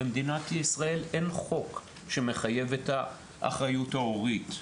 במדינת ישראל אין חוק שמחייב את האחריות ההורית.